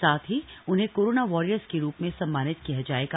साथ ही उन्हें कोरोना वॉरियर्स के रूप में सम्मानित किया जायेगा